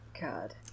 God